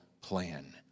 plan